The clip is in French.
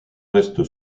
restent